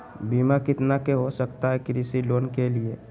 बीमा कितना के हो सकता है कृषि लोन के लिए?